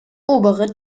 obere